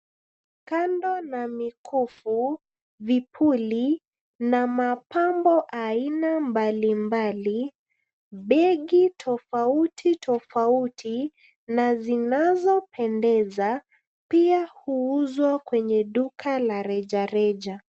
Kando na mikufu, vipuli, na mapambo aina mbalimbali, begi tofauti tofauti na zinazopendeza pia huuzwa kwenye duka la rejareja.